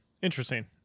interesting